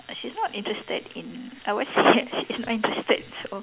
she is not interested in I would say she is not interested so